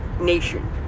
nation